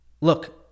look